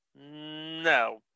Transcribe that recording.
No